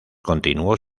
continuó